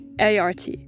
ART